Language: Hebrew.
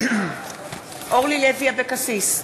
אורלי לוי אבקסיס,